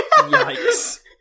Yikes